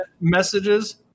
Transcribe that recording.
messages